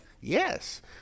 Yes